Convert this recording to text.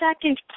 second